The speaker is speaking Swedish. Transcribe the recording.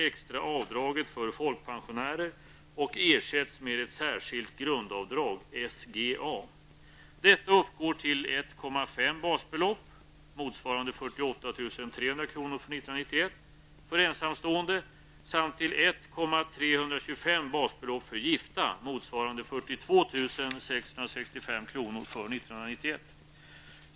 1991).